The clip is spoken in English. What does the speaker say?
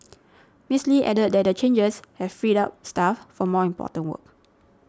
Miss Lee added that the changes have freed up staff for more important work